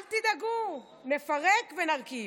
אל תדאגו, נפרק ונרכיב.